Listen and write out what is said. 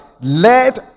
Let